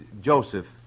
Joseph